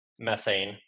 methane